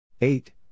eight